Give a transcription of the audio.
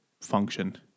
function